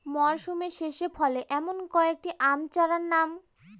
মরশুম শেষে ফলে এমন কয়েক টি আম চারার নাম?